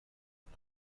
کنن